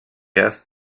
erst